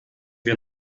wir